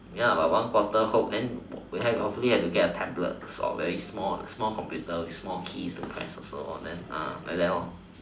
ya but one quarter hope then then hopefully can get a tablet or very small computer with small key to press also then like that all